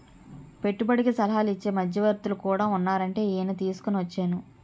పెట్టుబడికి సలహాలు ఇచ్చే మధ్యవర్తులు కూడా ఉన్నారంటే ఈయన్ని తీసుకుని వచ్చేను